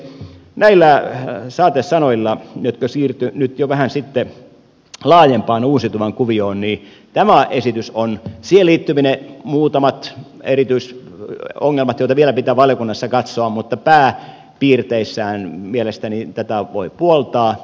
näillä saatesanoilla jotka siirtyivät nyt jo vähän laajempaan uusiutuvan kuvioon tätä esitystä siihen liittyvine muutamine erityisongelmineen joita vielä pitää valiokunnassa katsoa pääpiirteissään mielestäni voi puoltaa